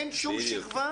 אין שום שכבה,